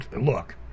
look